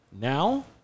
Now